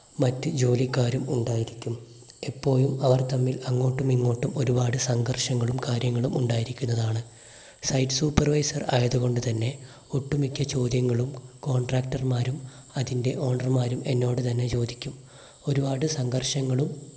മറ്റ് ജോലിക്കാരും ഉണ്ടായിരിക്കും എപ്പോഴും അവർ തമ്മിൽ അങ്ങോട്ടും ഇങ്ങോട്ടും ഒരുപാട് സംഘർഷങ്ങളും കാര്യങ്ങളും ഉണ്ടായിരിക്കുന്നതാണ് സൈറ്റ് സൂപ്പർവൈസർ ആയതുകൊണ്ട് തന്നെ ഒട്ടുമിക്ക ചോദ്യങ്ങളും കോൺട്രാക്ടർമാരും അതിൻ്റെ ഓണർമാരും എന്നോട് തന്നെ ചോദിക്കും ഒരുപാട് സംഘർഷങ്ങളും